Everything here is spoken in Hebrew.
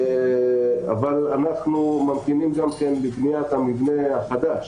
אנחנו ממתינים למבנה החדש